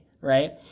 right